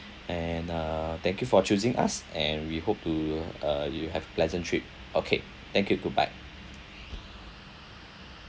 and uh thank you for choosing us and we hope to uh you have pleasant trip okay thank you too bye